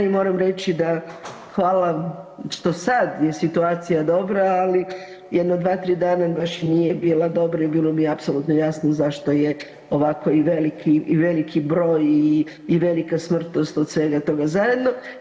I moram reći da hvala što sad je situacija dobra, ali jedno dva, tri dana baš i nije bila dobro i bilo mi je apsolutno jasno zašto je ovako i veliki broj i velika smrtnost od svega toga zajedno.